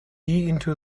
into